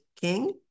King